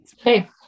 Okay